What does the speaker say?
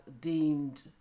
deemed